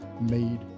made